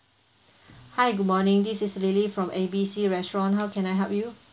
hi good morning this is lily from A B C restaurant how can I help you